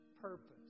purpose